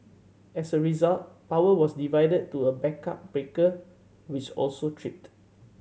as a result power was divided to a backup breaker which also tripped